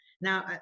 Now